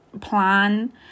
plan